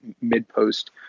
mid-post